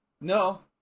No